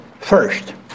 first